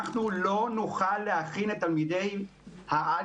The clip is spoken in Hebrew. אנחנו לא נוכל להכין את תלמידי העל